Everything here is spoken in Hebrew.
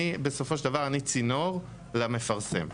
בסופו של דבר, אני צינור למפרסם.